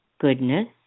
goodness